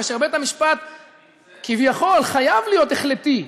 כאשר בית-המשפט כביכול חייב להיות החלטי,